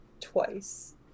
twice